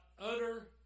utter